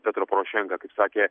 petro porošenka kaip sakė